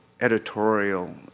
editorial